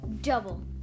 Double